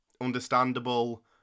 understandable